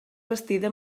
bastida